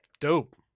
Dope